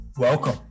Welcome